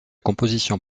composition